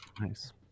nice